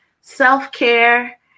self-care